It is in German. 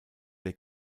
der